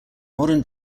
modern